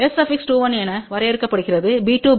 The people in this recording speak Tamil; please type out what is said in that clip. S21என வரையறுக்கப்படுகிறது b2 a1